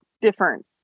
different